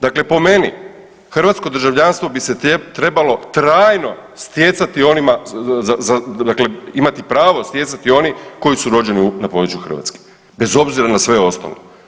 Dakle po meni hrvatsko državljanstvo bi se trebalo trajno stjecati onima dakle imati pravo stjecati oni koji su rođeni na području Hrvatske, bez obzira na sve ostalo.